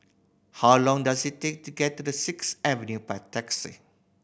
how long does it take to get to the Sixth Avenue by taxi